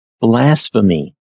blasphemy